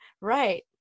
right